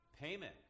payment